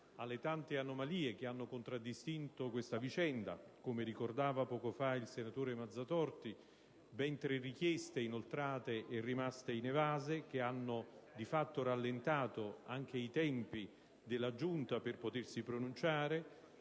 alle tante anomalie che hanno contraddistinto questa vicenda. Come ricordava poco fa il senatore Mazzatorta, ci sono state ben tre richieste inoltrate e rimaste inevase, che hanno di fatto rallentato anche i tempi della Giunta per potersi pronunciare.